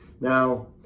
Now